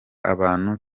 abantu